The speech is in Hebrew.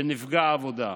בנפגע עבודה,